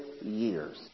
years